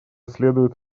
следует